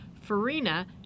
Farina